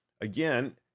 again